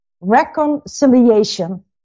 Reconciliation